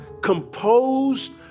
composed